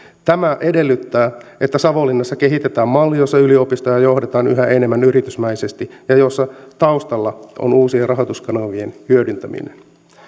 tämä edellyttää että savonlinnassa kehitetään malli jossa yliopistoa johdetaan yhä enemmän yritysmäisesti ja jossa taustalla on uusien rahoituskanavien hyödyntäminen